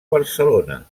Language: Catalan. barcelona